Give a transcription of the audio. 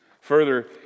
Further